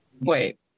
Wait